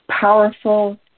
powerful